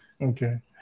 Okay